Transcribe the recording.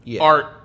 Art